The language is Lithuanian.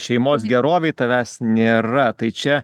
šeimos gerovėj tavęs nėra tai čia